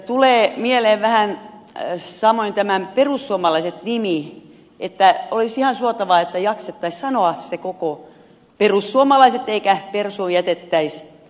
tulee mieleen vähän samoin tämä perussuomalaiset nimi olisi ihan suotavaa että jaksettaisiin sanoa se koko perussuomalaiset eikä persuun jätettäisi